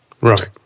Right